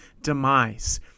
demise